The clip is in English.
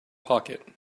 pocket